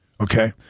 Okay